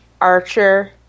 Archer